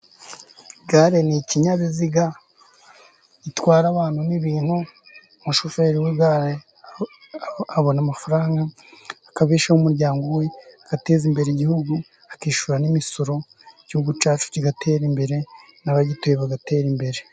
Igare ni ikinyabiziga gitwara abantu n'ibintu. umushoferi w'igare abona amafaranga akabeshaho umuryango we agateza imbere igihugu, akishyura n'imisoro igihugu cyacu kigatera imbere ,n'abagituye bagatera imbere.